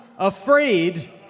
Afraid